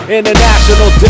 International